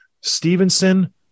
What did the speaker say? Stevenson